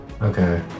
Okay